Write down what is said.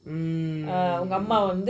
mm